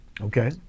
Okay